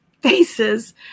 faces